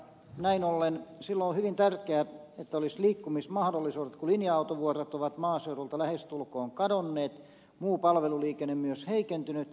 näin ollen silloin on hyvin tärkeää että olisi liikkumismahdollisuudet kun linja autovuorot ovat maaseudulta lähestulkoon kadonneet muu palveluliikenne myös heikentynyt